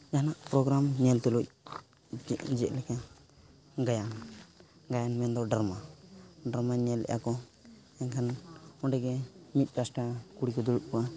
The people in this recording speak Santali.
ᱡᱟᱦᱟᱱᱟᱜ ᱯᱨᱳᱜᱨᱟᱢ ᱧᱮᱞ ᱛᱩᱞᱩᱡ ᱡᱮᱞᱮᱠᱟ ᱜᱟᱭᱟᱱ ᱜᱟᱭᱟᱱ ᱢᱮᱱᱫᱚ ᱰᱨᱟᱢᱟ ᱰᱨᱟᱢᱟ ᱧᱮᱞᱮᱜᱮ ᱟᱠᱚ ᱮᱱᱠᱷᱟᱱ ᱚᱸᱰᱮ ᱜᱮ ᱢᱤᱫ ᱯᱟᱥᱴᱟ ᱠᱩᱲᱤ ᱠᱚ ᱫᱩᱲᱩᱵ ᱠᱚᱜᱼᱟ